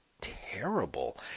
terrible